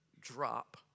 drop